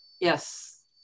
yes